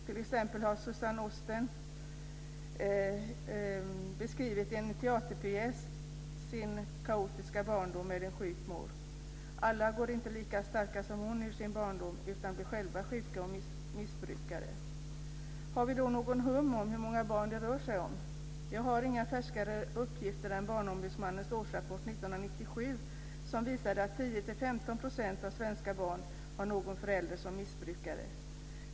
T.ex. har Suzanne Osten i en teaterpjäs beskrivit sin kaotiska barndom med en sjuk mor. Alla går inte lika starka som hon ur sin barndom, utan många blir själva sjuka eller missbrukare. Har vi något hum om hur många barn det rör sig om? Jag har inga färskare uppgifter än Barnombudsmannens årsrapport 1997, som visade att 10-15 % av svenska barn har någon förälder som är missbrukare.